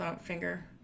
finger